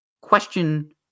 question